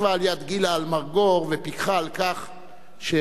ישבה ליד גילה אלמגור ודיווחה שבן-זוגה,